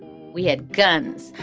we had guns.